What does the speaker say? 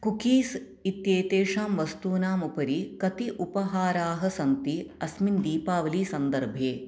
cookies इत्येतेषां वस्तूनाम् उपरि कति उपहाराः सन्ति अस्मिन् दीपावलीसन्दर्भे